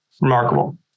Remarkable